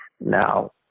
Now